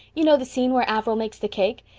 you know the scene where averil makes the cake?